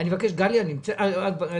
גליה נמצאת?